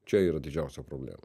čia yra didžiausia problema